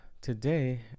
today